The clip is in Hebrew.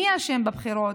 מי אשם בבחירות,